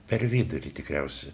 per vidurį tikriausiai